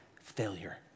Failure